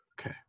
Okay